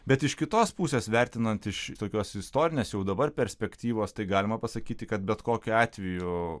bet iš kitos pusės vertinant iš tokios istorinės jau dabar perspektyvos tai galima pasakyti kad bet kokiu atveju